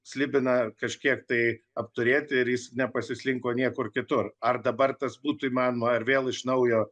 slibiną kažkiek tai apturėti ir jis nepasislinko niekur kitur ar dabar tas būtų įmanoma ar vėl iš naujo